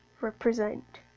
represent